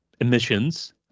emissions